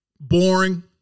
boring